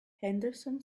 henderson